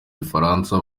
abafaransa